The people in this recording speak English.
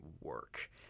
work